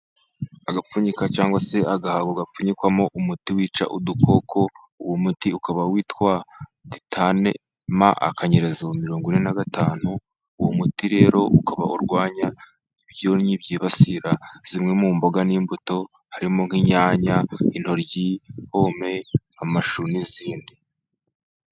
Agapfunyika cyangwa se agahabo gapfunyikwamo umuti wica udukoko, uwo muti ukaba witwa ditane ma akanyereza mirongo ine nagatanu. Uwo muti rero ukaba urwanya ibyonnyi byibasira zimwe mu mboga n'imbuto harimo: nk'inyanya, intoryi pome amashu n'izindi.